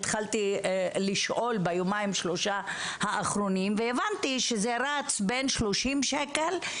התחלתי לשאול ביומיים שלושה האחרונים והבנתי שזה רץ בין 30 שקלים,